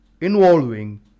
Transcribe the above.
involving